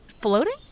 floating